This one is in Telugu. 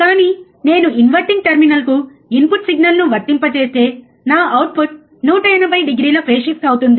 కానీ నేను ఇన్వర్టింగ్ టెర్మినల్కు ఇన్పుట్ సిగ్నల్ను వర్తింపజేస్తే నా అవుట్పుట్ 180 డిగ్రీల ఫేస్ షిఫ్ట్ అవుతుంది